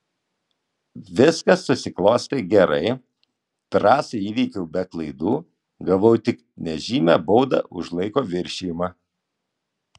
viskas susiklostė gerai trasą įveikiau be klaidų gavau tik nežymią baudą už laiko viršijimą